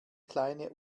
kleine